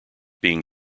being